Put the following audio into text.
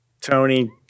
Tony